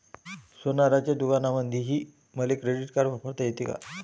सोनाराच्या दुकानामंधीही मले क्रेडिट कार्ड वापरता येते का?